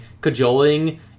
cajoling